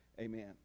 amen